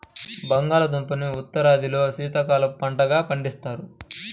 బంగాళాదుంపని ఉత్తరాదిలో శీతాకాలపు పంటగా పండిస్తారు